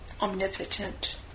omnipotent